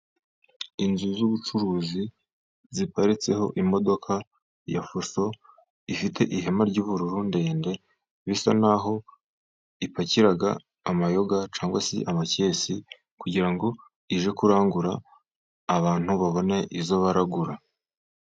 Inzu z'ubucuruzi ziparitseho imodoka ya fuso ifite ihema ry'ubururu ndende, bisa naho ipakira amayoga cyangwa se amakese, kugira ngo ijye kurangura abantu babone izo baragura.